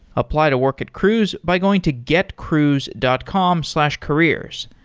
apply to work at cruise by going to getcruise dot com slash careers.